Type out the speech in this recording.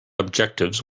objectives